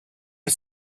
est